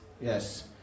Yes